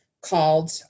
called